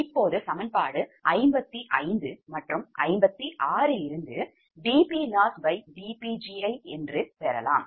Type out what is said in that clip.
இப்போது சமன்பாடு 55 மற்றும் 56 ல் இருந்து dPLossdPgi என்று பெறலாம்